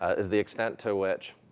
is the extent to which,